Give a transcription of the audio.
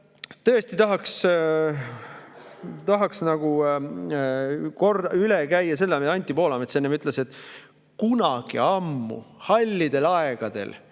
tõesti tahaks nagu üle käia selle, mida Anti Poolamets enne ütles. Kunagi ammu, hallidel aegadel,